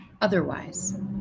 Otherwise